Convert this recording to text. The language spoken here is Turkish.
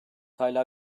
hâlâ